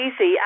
easy